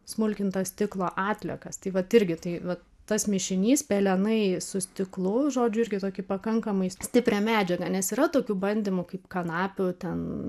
smulkinto stiklo atliekas tai vat irgi tai va tas mišinys pelenai su stiklu žodžiu irgi tokį pakankamai stiprią medžiagą nes yra tokių bandymų kaip kanapių ten